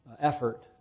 effort